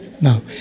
No